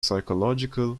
psychological